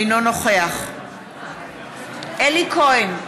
אינו נוכח אלי כהן,